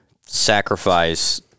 sacrifice